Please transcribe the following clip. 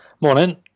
Morning